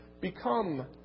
become